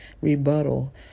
rebuttal